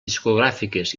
discogràfiques